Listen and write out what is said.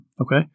Okay